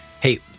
Hey